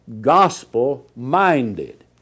gospel-minded